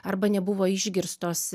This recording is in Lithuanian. arba nebuvo išgirstos